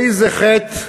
איזה חטא